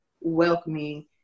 welcoming